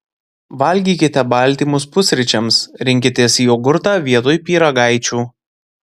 valgykite baltymus pusryčiams rinkitės jogurtą vietoj pyragaičių